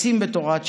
החפצים בתורת שלום,